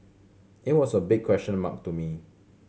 it was a big question mark to me